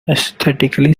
aesthetically